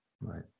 right